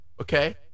Okay